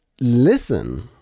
listen